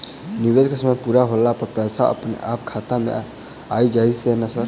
निवेश केँ समय पूरा होला पर पैसा अपने अहाँ खाता मे आबि जाइत नै सर?